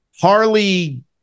Harley